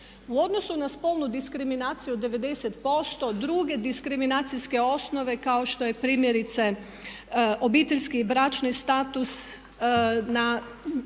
U odnosu na spolnu diskriminaciju 90% druge diskriminacijske osnove kao što je primjerice obiteljski i bračni status,